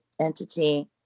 entity